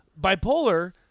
Bipolar